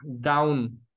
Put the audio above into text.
down